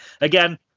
Again